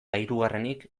hirugarrenik